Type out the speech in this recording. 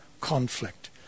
conflict